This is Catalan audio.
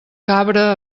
cabra